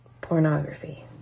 pornography